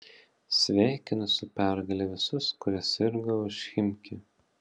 sveikinu su pergale visus kurie sirgo už chimki